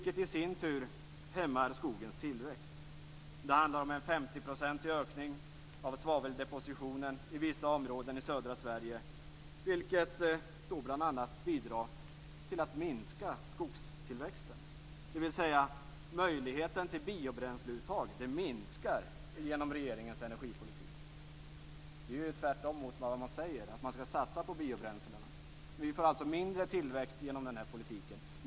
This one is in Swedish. Det hämmar i sin tur skogens tillväxt. Det handlar om en 50-procentig ökning av svaveldepositionen i vissa områden i södra Sverige. Det bidrar bl.a. till att minska skogstillväxten. Möjligheten till biobränsleuttag minskar alltså genom regeringens energipolitik. Det är tvärtemot vad man säger; att man skall satsa på biobränslena. Vi får alltså mindre tillväxt genom den här politiken.